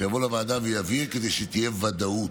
כדי שתהיה ודאות,